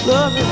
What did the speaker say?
Love